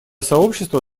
сообщество